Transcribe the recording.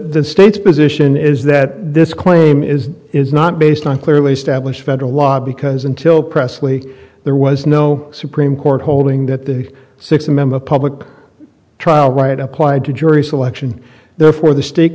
state's position is that this claim is is not based on clearly established federal law because until presley there was no supreme court holding that the six member public trial right applied to jury selection therefore the state